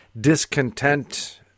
discontent